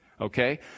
Okay